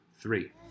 three